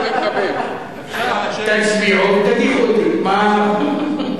תצביעו ותדיחו אותי.